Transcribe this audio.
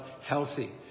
healthy